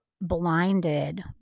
blinded